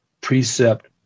precept